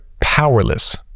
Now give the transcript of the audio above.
powerless